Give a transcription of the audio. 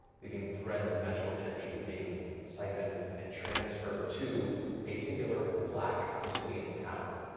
leaving threads of magical energy being siphoned and transferred to a singular black obsidian tower,